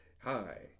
hi